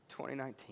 2019